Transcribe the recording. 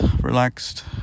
relaxed